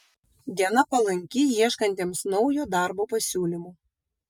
diena palanki ieškantiems naujo darbo pasiūlymų